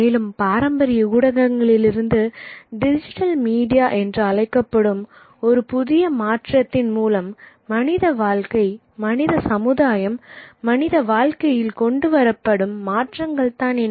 மேலும் பாரம்பரிய ஊடகங்களிலிருந்து டிஜிட்டல் மீடியா என்று அழைக்கப்படும் ஒரு புதிய மாற்றத்தின் மூலம் மனித வாழ்க்கை மனித சமுதாயம் மனித வாழ்க்கையில் கொண்டுவரப்படும் மாற்றங்கள்தான் என்ன